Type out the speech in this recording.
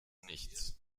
nichts